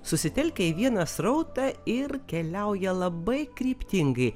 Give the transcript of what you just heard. susitelkia į vieną srautą ir keliauja labai kryptingai